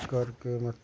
करके मत